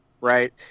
right